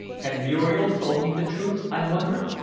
had muriel told me the truth, i wondered,